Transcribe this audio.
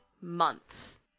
months